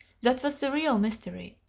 that was the real mystery.